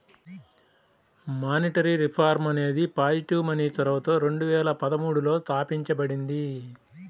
monetary reform అనేది positive money చొరవతో రెండు వేల పదమూడులో తాపించబడింది